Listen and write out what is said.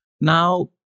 Now